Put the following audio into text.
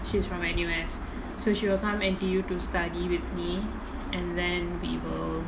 she's from N_U_S so she will come N_T_U to study with me and then we will